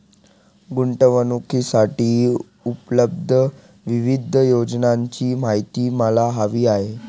गुंतवणूकीसाठी उपलब्ध विविध योजनांची माहिती मला हवी आहे